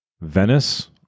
Venice